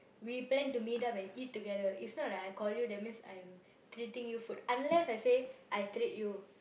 we plan to meet up and eat together it's not like I call you that means I'm treating you food unless I say I treat you